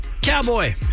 Cowboy